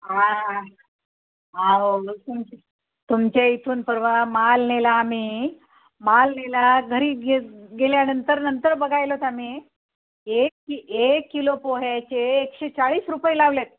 हां अहो मग तुमचे तुमच्या इथून परवा माल नेला आम्ही माल नेला घरी गे गेल्यानंतर नंतर बघायलोत आम्ही एक कि एक किलो पोह्याचे एकशे चाळीस रुपये लावलेत